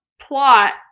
plot